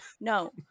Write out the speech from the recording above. No